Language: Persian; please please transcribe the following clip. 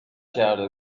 کرده